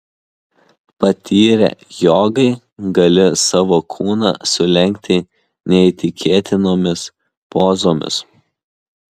patyrę jogai gali savo kūną sulenkti neįtikėtinomis pozomis